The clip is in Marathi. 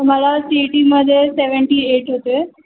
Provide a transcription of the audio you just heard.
मला सी ई टीमध्ये सेवेंटी एट होते